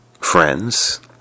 friends